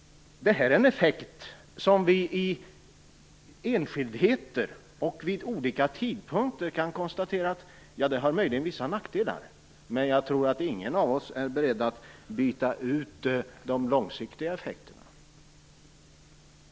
Det här är en effekt som vi i enskildheter och vid olika tidpunkter kan konstatera har vissa nackdelar, men jag tror ingen av oss är beredd att byta ut de långsiktiga effekterna.